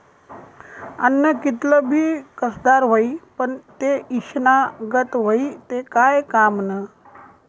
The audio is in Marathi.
आन्न कितलं भी कसदार व्हयी, पन ते ईषना गत व्हयी ते काय कामनं